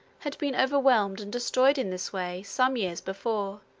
had been overwhelmed and destroyed in this way, some years before,